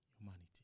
humanity